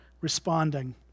responding